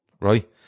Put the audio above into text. right